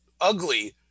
ugly